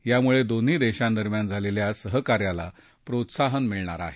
यामुळे दोन्ही देशांदरम्यान झालेल्या सहकार्याला प्रोत्साहन मिळणार आहे